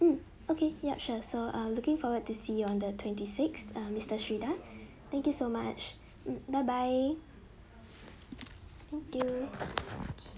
hmm okay yup sure so uh looking forward to see you on the twenty sixth uh mister sherida thank you so much hmm bye bye thank you okay